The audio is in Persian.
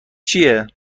چیه